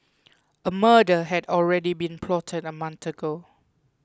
a murder had already been plotted a month ago